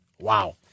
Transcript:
Wow